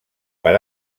per